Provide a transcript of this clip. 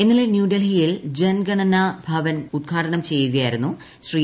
ഇന്നലെ ന്യൂഡൽക്റിയിൽ ജൻഗണന ഭവൻ ഉദ്ഘാടനം ചെയ്യുകയായിരുന്നു ശ്രീ